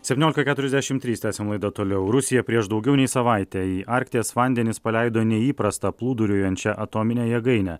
septyniolika keturiasdešimt trys tęsiam laidą toliau rusija prieš daugiau nei savaitę į arkties vandenis paleido neįprastą plūduriuojančią atominę jėgainę